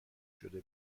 شده